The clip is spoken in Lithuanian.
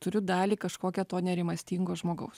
turiu dalį kažkokią to nerimastingo žmogaus